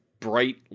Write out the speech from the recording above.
bright